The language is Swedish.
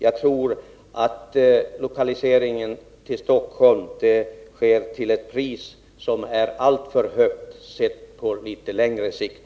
Jag tror att en lokalisering till Stockholm sker till ett pris som är alltför högt, sett på litet längre sikt.